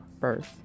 first